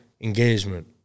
engagement